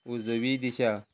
उजवी दिशा